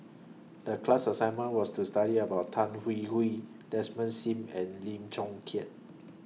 The class assignment was to study about Tan Hwee Hwee Desmond SIM and Lim Chong Keat